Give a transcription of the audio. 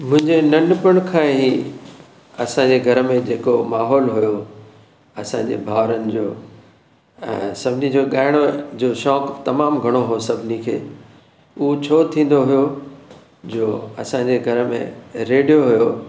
मुंहिंजे नंढपण खां ई असांजे घर में जेको माहौल हुओ असांजे भाउरनि जो ऐं सभिनी जो ॻाइणो जो शौंक़ु तमामु घणो हो सभिनी खे उहो छो थींदो हुओ जो असांजे घर में रेडियो हुओ